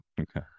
Okay